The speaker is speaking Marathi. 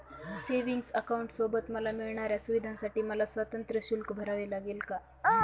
सेविंग्स अकाउंटसोबत मला मिळणाऱ्या सुविधांसाठी मला स्वतंत्र शुल्क भरावे लागेल का?